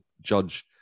judge